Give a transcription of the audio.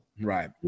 Right